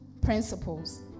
Principles